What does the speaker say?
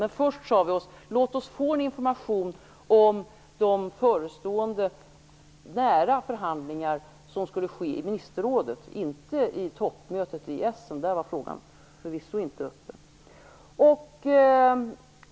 Men först sade vi: Låt oss få en information om de förestående nära förhandlingar som skall ske i ministerrådet, inte vid toppmötet i Essen. Där berördes frågan förvisso inte.